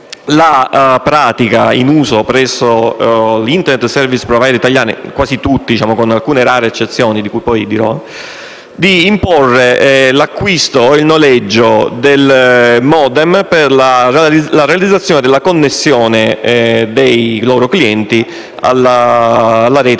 la pratica in uso presso gli Internet service provider italiani (quasi tutti, con alcune rare eccezioni di cui poi dirò) di imporre l'acquisto o il noleggio del *modem* per la realizzazione della connessione dei loro clienti alla rete